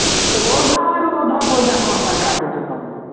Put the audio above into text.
ହଏ ଅଧାରୁ ଅଧା ପଇସା କ'ଣ ପାଇଁ କାଟୁଛ ତମେ